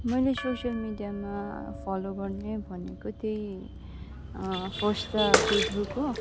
मैले सोसिल मिडियामा फलो गर्ने भनेको त्यही फर्स्ट त फेसबुक हो